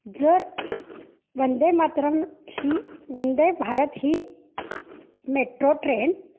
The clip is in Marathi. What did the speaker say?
जर वंदे मातरम ही वंदेभारत ही मेट्रो ट्रेन